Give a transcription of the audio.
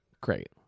great